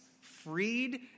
Freed